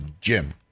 gym